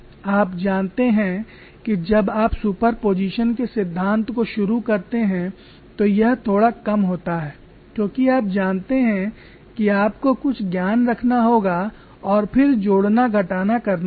आप जानते हैं कि जब आप सुपरपोजिशन के सिद्धांत को शुरू करते हैं तो यह थोड़ा कम होता है क्योंकि आप जानते हैं कि आपको कुछ ज्ञान रखना होगा और फिर जोड़ना घटाना करना होगा